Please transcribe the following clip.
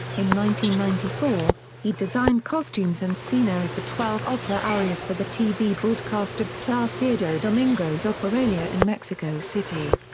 in ninety ninety four, he designed costumes and scenery for twelve opera arias for the tv broadcast of placido domingo's operalia in mexico city.